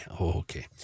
Okay